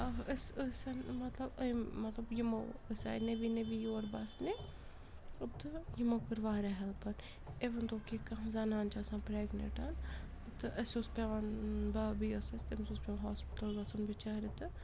أسۍ ٲسِن مطلب أمۍ مطلب یِمو أسۍ آے نٔوی نٔوی یور بسنہِ تہٕ یِمو کٔر واریاہ ہٮ۪لپَن اِوٕن دوہ کہِ کانٛہہ زَنان چھِ آسان پرٛٮ۪گنِٹَن تہٕ اَسہِ اوس پٮ۪وان بابی ٲس اَسہِ تٔمِس اوس پٮ۪وان ہاسپِٹَل گَژھُن بِچارِ تہٕ